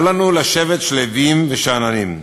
אל לנו לשבת שלווים ושאננים.